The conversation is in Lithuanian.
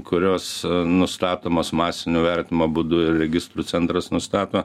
kurios nustatomos masinio vertinimo būdu ir registrų centras nustato